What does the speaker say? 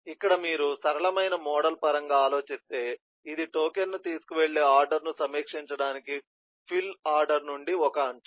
ఇక్కడ మీరు సరళమైన మోడల్ పరంగా ఆలోచిస్తే ఇది టోకెన్ను తీసుకువెళ్ళే ఆర్డర్ను సమీక్షించడానికి ఫిల్ ఆర్డర్ నుండి ఒక అంచు